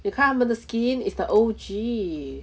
你看他们的 skin it's the O_G